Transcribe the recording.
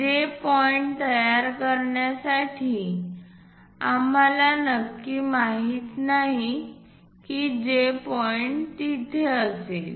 J point तयार करण्यासाठी आम्हाला नक्की माहित नाही की J पॉईंट तिथे असेल